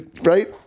Right